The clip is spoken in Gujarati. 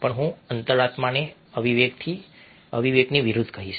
પણ હું અંતરાત્માને અવિવેકની વિરુદ્ધ કહીશ